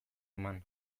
eman